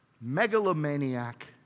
megalomaniac